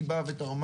היא באה ותרמה,